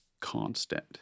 constant